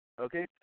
Okay